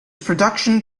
production